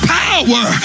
power